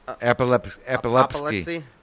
epilepsy